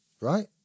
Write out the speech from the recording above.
right